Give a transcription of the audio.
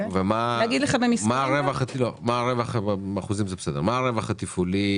מה הרווח התפעולי